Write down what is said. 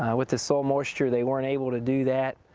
ah with the soil moisture, they weren't able to do that.